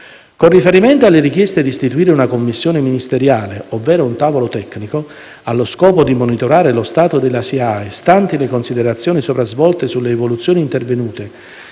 Con riferimento alle richieste di istituire una Commissione ministeriale ovvero un tavolo tecnico, allo scopo di monitorare lo stato della SIAE, stanti le considerazioni sopra svolte sulle evoluzioni intervenute,